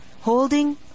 holding